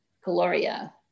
Gloria